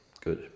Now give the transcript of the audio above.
Good